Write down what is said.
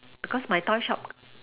because my toy shop